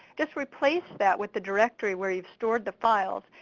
just replace that with the directory where youve stored the files,